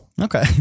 okay